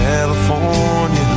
California